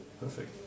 perfect